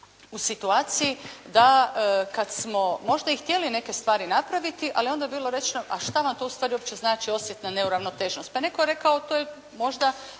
u situaciji da kada smo možda i htjeli neke stvari napraviti, ali je onda bilo rečeno, ali što vam to uopće znači osjetna neuravnoteženost. Pa neko je rekao to je možda,